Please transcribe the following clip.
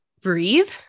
breathe